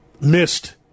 missed